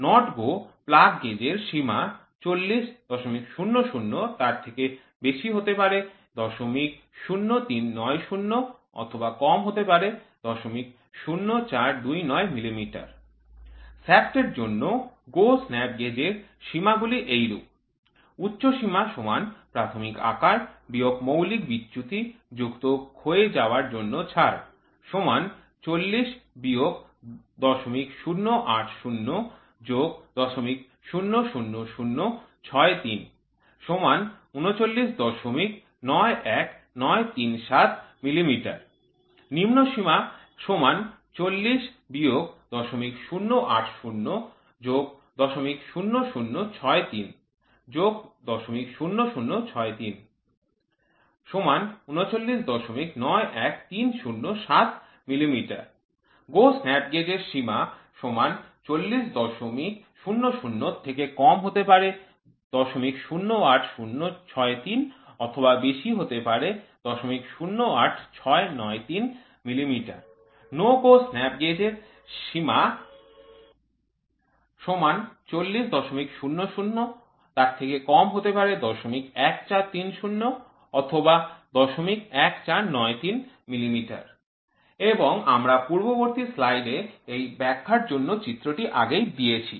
Not Go plug gauge এর এর সীমা ৪০০০০০৩৯০ ০০৪২৯ মিমি শ্য়াফ্ট এর জন্য Go Snap Gauge এর সীমা গুলি হল এই রূপ উচ্চ সীমা প্রাথমিক আকার মৌলিক বিচ্যুতি ক্ষয়ে যাওয়ার জন্য ছাড় ৪০০০ - ০০৮০ ০০০০৬৩ ৩৯৯১৯৩৭ মিমি নিম্ন সীমা ৪০০০ ০০৮০ ০০০০৬৩ ০০০৬৩ ৩৯৯১৩০৭ মিমি Go Snap gauge এর এর সীমা ৪০০০০০৮৬৯৩ ০০৮০৬৩ মিমি No Go Snap gauge এর সীমা ৪০০০ ০১৪৯৩ ০১৪৩০ মিমি এবং আমরা পূর্ববর্তী স্লাইডে এই ব্যাখ্যার জন্য চিত্রটি আগেই দিয়েছি